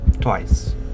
twice